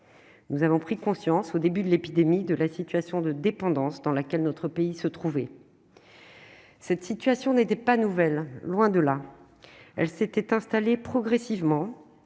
nous avons pris conscience au début de l'épidémie de la situation de dépendance dans laquelle notre pays se trouver cette situation n'était pas nouvelle, loin de là, elle s'était installée progressivement